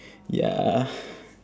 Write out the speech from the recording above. ya